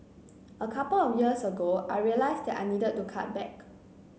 a couple of years ago I realised that I needed to cut back